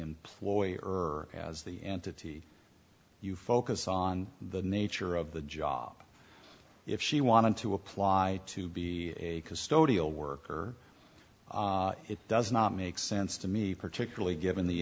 employer or as the entity you focus on the nature of the job if she wanted to apply to be a custodial worker it does not make sense to me particularly given the